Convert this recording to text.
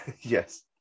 yes